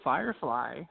Firefly